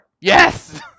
Yes